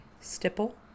Stipple